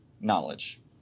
knowledge